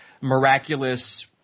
miraculous